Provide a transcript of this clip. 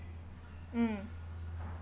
mm